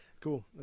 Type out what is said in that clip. Cool